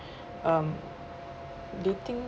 um they think